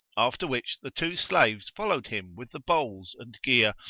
after which the two slaves followed him with the bowls and gear,